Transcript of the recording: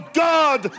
god